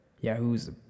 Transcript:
Yahoo's